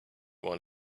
one